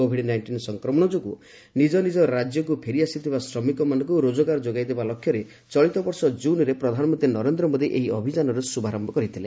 Covid nineteen ସଂକ୍ରମଣ ଯୋଗୁଁ ନିଜ ନିଜ ରାଜ୍ୟକ୍ ଫେରିଆସିଥିବା ଶ୍ରମିକମାନଙ୍କୁ ରେଜଗାର ଯୋଗାଇ ଦେବା ଲକ୍ଷ୍ୟରେ ଚଳିତ ବର୍ଷ ଜୁନ୍ରେ ପ୍ରଧାନମନ୍ତ୍ରୀ ନରେନ୍ଦ୍ର ମୋଦି ଏହି ଅଭିଯାନର ଶୁଭାରମ୍ଭ କରିଥିଲେ